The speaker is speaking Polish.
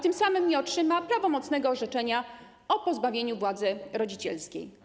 Tym samym nie otrzyma prawomocnego orzeczenia o pozbawieniu władzy rodzicielskiej.